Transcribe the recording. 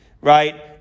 right